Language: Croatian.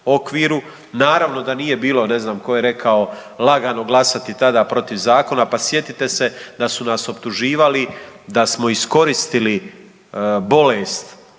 okviru. Naravno da nije bilo, ne znam tko je rekao, lagano glasati tada protiv zakona, pa sjetite se da su nas optuživali da smo iskoristili bolest